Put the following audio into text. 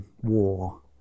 war